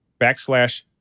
backslash